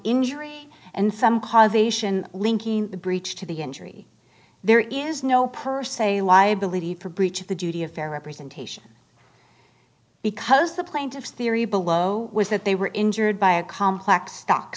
injury and some causation linking the breach to the injury there is no per se liability for breach of the duty of fair representation because the plaintiff's theory below was that they were injured by a complex stock